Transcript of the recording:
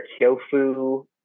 Kyofu